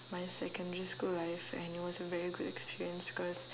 my secondary school life and it was a very good experience because